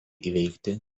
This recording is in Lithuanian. įveikti